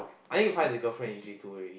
I think find the girlfriend easy too already